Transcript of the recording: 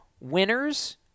Winners